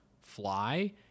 fly